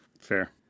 Fair